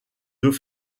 deux